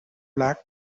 black